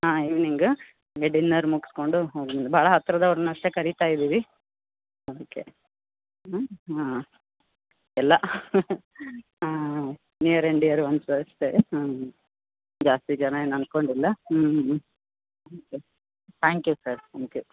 ಹಾಂ ಇವ್ನಿಂಗ್ ಹಾಗೆ ಡಿನ್ನರ್ ಮುಗಿಸ್ಕೊಂಡು ಹೋಗಿ ಭಾಳ ಹತ್ರದವ್ರ್ನ ಅಷ್ಟೇ ಕರೀತಾ ಇದ್ದೀವಿ ಅದಕ್ಕೆ ಹಾಂ ಹಾಂ ಎಲ್ಲಾ ಹಾಂ ನಿಯರ್ ಆ್ಯಂಡ್ ಡಿಯರ್ ಒನ್ಸ್ ಅಷ್ಟೆ ಹಾಂ ಜಾಸ್ತಿ ಜನ ಏನು ಅಂದ್ಕೊಂಡಿಲ್ಲ ಹ್ಞೂ ಹ್ಞೂ thank you sir thank you